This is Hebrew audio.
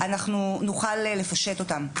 אנחנו נוכל לפשט אותם.